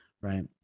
right